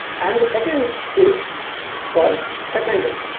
and the second is called secondary,